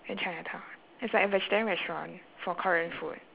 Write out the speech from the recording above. near chinatown it's like a vegetarian restaurant for korean food